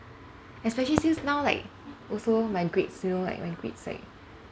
especially since now like also my grades you know my grades like